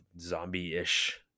zombie-ish